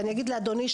אדוני,